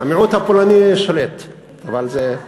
הלוואי שכולם היו יודעים את זה.